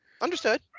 Understood